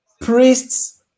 priests